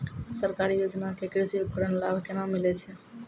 सरकारी योजना के कृषि उपकरण लाभ केना मिलै छै?